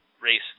race